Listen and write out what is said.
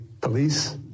police